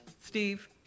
Steve